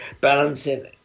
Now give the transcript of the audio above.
balancing